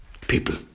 people